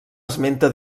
esmenta